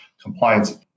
compliance